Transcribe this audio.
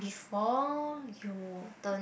before you the